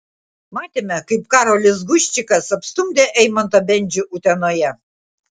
matėme kaip karolis guščikas apstumdė eimantą bendžių utenoje